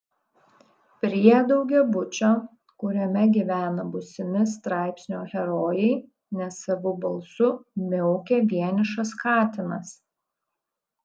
prie daugiabučio kuriame gyvena būsimi straipsnio herojai nesavu balsu miaukia vienišas katinas